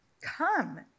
Come